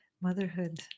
motherhood